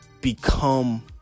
become